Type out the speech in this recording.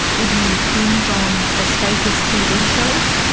would you binge on escapist tv shows,